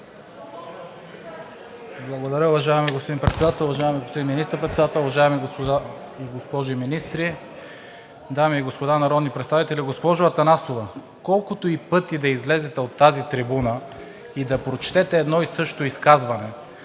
Благодаря, господин Председател. Уважаеми господин Министър-председател, уважаеми госпожи и господа министри, дами и господа народни представители! Госпожо Атанасова, колкото и пъти да излезете от тази трибуна и да прочетете едно и също изказване